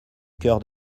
cœur